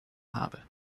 habe